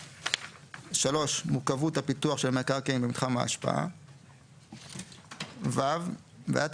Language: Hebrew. (3) מורכבות הפיתוח של המקרקעין במתחם ההשפעה; (ו) ועדת